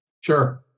Sure